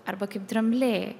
arba kaip drambliai